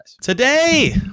Today